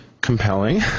compelling